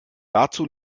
dazu